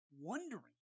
wondering